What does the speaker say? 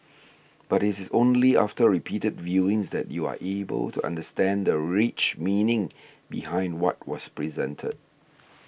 but it is only after repeated viewings that you are able to understand the rich meaning behind what was presented